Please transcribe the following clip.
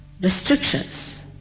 restrictions